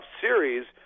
series